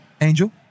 Angel